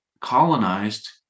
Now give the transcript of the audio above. colonized